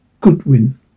GOODWIN